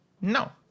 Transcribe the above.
no